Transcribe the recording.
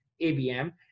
ABM